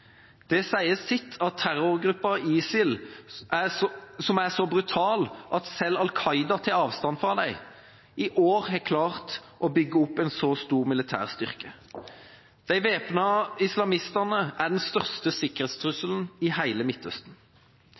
Det sier sitt at terrorgruppen ISIL, som er så brutal at selv Al Qaida tar avstand fra dem, i år har klart å bygge opp en så stor militær styrke. De væpnede islamistene er den største sikkerhetstrusselen i hele Midtøsten.